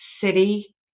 city